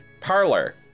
parlor